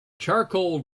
charcoal